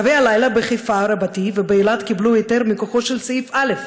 קווי הלילה בחיפה רבתי ובאילת קיבלו היתר מכוחו של סעיף (א),